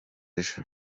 ejo